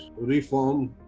reform